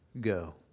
go